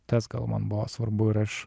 tas gal man buvo svarbu ir aš